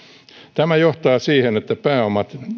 tämä johtaa siihen että pääomat